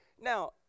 Now